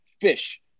fish